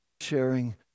sharing